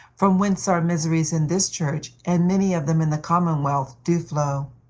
from whence our miseries in this church, and many of them in the commonwealth, do flow.